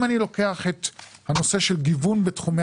אם אני לוקח את הנושא של גיוון בתחומי